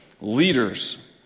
leaders